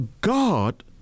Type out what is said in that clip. God